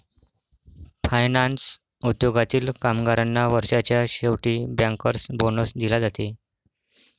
finance उद्योगातील कामगारांना वर्षाच्या शेवटी बँकर्स बोनस दिला जाते